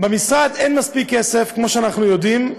במשרד אין מספיק כסף, כמו שאנחנו יודעים,